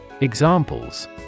Examples